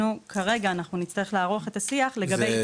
כרגע אנחנו נצטרך לערוך את השיח לגבי שאר הבדיקות.